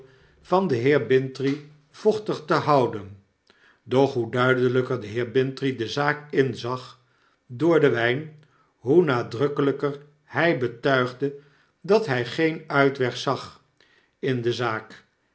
van den heer bintrey vochtig te houden doch hoe duidelijker de heer bintrey de zaak inzag door den wyn hoe nadrukkelyker hij betuigde dat hy geen uitweg zag in de zaak